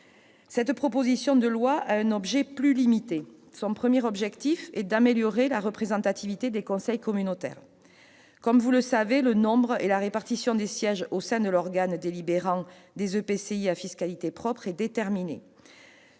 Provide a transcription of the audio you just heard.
Cette proposition de loi a un objet plus limité. Le premier objectif est d'améliorer la représentativité des conseils communautaires. Comme vous le savez, le nombre et la répartition des sièges au sein de l'organe délibérant des EPCI à fiscalité propre sont déterminés